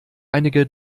einige